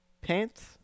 pants